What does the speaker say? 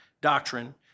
Doctrine